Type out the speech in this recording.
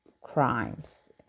crimes